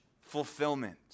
fulfillment